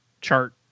chart